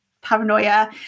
paranoia